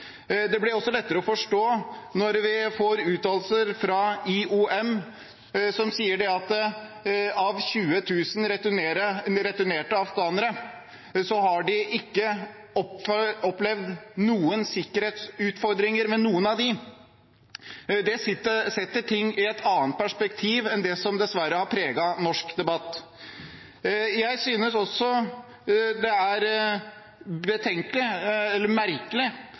Det blir også lettere å forstå når vi får uttalelser fra IOM om at av 20 000 returnerte afghanere har de ikke opplevd noen sikkerhetsutfordringer for noen. Det setter ting i et annet perspektiv enn det som dessverre har preget norsk debatt. Jeg synes også det er